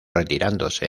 retirándose